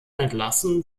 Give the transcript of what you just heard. entlassen